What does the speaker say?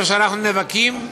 זה שאנחנו נאבקים,